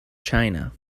china